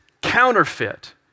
counterfeit